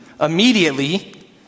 Immediately